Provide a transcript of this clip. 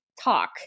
talk